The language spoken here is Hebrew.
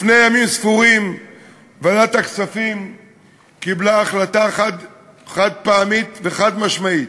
לפני ימים ספורים ועדת הכספים קיבלה החלטה חד-פעמית וחד-משמעית: